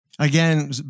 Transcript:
Again